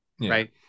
Right